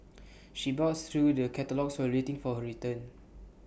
she browsed through the catalogues while waiting for her turn